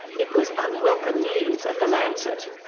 it was unwelcome news at the lancet.